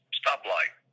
stoplight